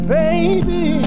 baby